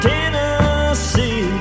Tennessee